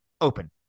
open